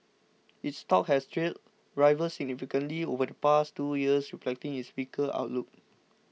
its stock has trailed rivals significantly over the past two years reflecting its weaker outlook